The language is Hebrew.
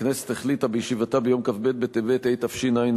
הכנסת החליטה בישיבתה ביום כ"ב בטבת התשע"א,